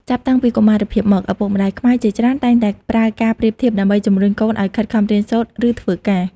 ចាប់តាំងពីកុមារភាពមក ឪពុកម្តាយខ្មែរជាច្រើនតែងតែប្រើការប្រៀបធៀបដើម្បីជំរុញកូនឲ្យខិតខំរៀនសូត្រ ឬធ្វើការ។